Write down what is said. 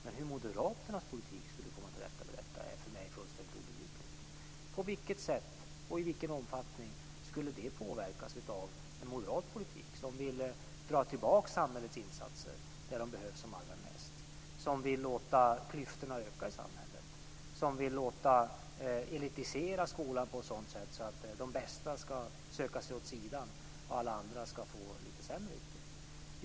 Men hur moderaternas politik skulle kunna komma till rätta med detta är för mig fullständigt obegripligt. På vilket sätt och i vilken omfattning skulle det påverkas av en moderat politik, som vill dra tillbaka samhällets insatser där de behövs som allra mest, som vill låta klyftorna öka i samhället och som vill elitisera skolan på ett sådant sätt att de bästa ska söka sig åt sidan och alla andra få lite sämre utbildning?